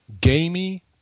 gamey